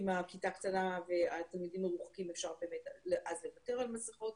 אם הכיתה קטנה והתלמידים מרוחקים אפשר אז לוותר על מסיכות,